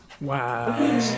Wow